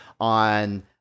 on